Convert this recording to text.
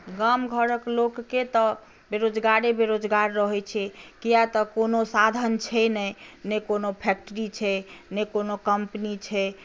गाम घरक लोककेँ तऽ बेरोजगारे बेरोजगार रहैत छै कियाक तऽ कोनो साधन छै नहि नहि कोनो फैक्ट्री छै नहि कोनो कम्पनी छै